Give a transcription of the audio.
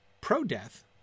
pro-death